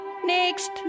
Next